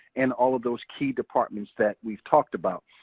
in all of those key departments that we've talked about.